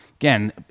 again